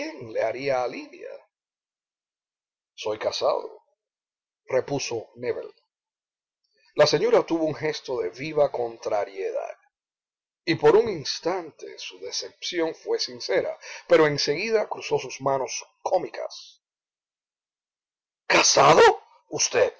le haría a lidia soy casado repuso nébel la señora tuvo un gesto de viva contrariedad y por un instante su decepción fué sincera pero en seguida cruzó sus manos cómicas casado usted